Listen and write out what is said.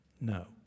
No